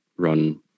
Run